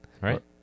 right